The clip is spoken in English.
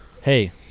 Hey